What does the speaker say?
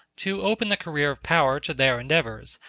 to open the career of power to their endeavors,